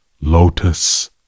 lotus